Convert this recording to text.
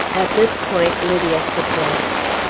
at this point, lydia suggests,